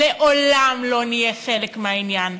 לעולם לא נהיה חלק מהעניין.